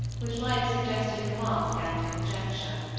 which might have suggested remark and conjecture.